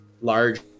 large